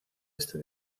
este